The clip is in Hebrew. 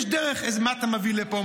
יש דרך, מה אתה מביא לפה?